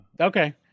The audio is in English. Okay